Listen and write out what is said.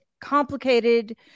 complicated